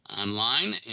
Online